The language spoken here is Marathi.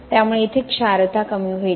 त्यामुळे येथे क्षारता कमी होईल